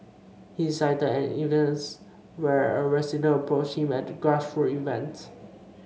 he cited an instance where a resident approached him at a grassroots event